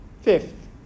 Fifth